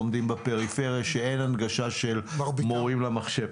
לומדים בפריפריה ואין הנגשה של מורים למחשב?